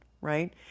right